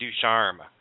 Ducharme